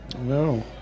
No